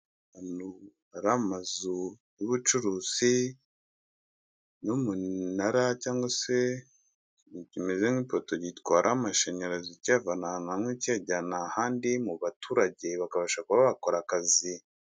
Ahantu hari amazu y'ubucuruzi n'umunara cyangwa se ikintu kimeze nk'ipoto gitwara amashanyarazi, kiyavana ahantu hamwe, kiyajyana ahandi mu baturage bakabasha kuba bakora akazi.